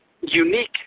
unique